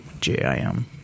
J-I-M